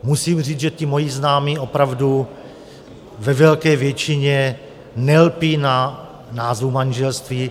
Musím říct, že ti moji známí opravdu ve velké většině nelpí na názvu manželství.